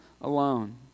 alone